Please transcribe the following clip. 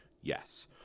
yes